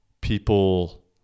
people